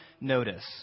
notice